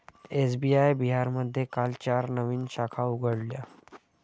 SBI बिहारमध्ये काल चार नवीन शाखा उघडल्या